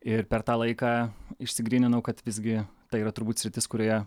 ir per tą laiką išsigryninau kad visgi tai yra turbūt sritis kurioje